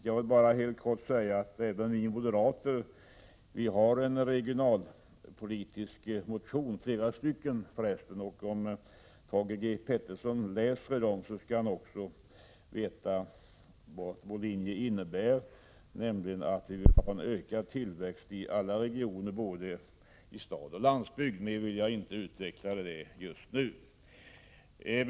Jag vill bara helt kort säga att vi moderater har väckt flera regionalpolitiska motioner. Om Thage G Peterson läser dem skall han också få veta vad vår linje innebär, nämligen att vi vill ha en ökad tillväxt i alla regioner, både i stad och på landsbygd. Mer vill jag inte utveckla detta just nu.